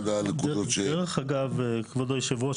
דרך אגב כבוד היו"ר,